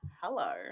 Hello